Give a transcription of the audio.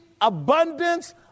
abundance